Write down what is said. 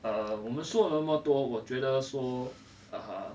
uh 我们说了那么多我觉得说 uh